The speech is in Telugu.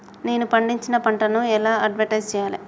నేను పండించిన పంటను ఎలా అడ్వటైస్ చెయ్యాలే?